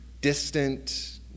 Distant